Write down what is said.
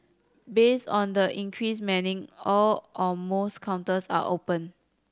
based on the increased manning all or most counters are open